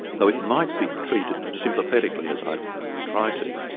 though it might be treated sympathetically as i tried to,